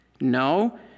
No